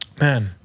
Man